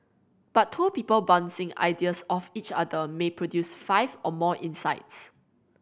but two people bouncing ideas off each other may produce five or more insights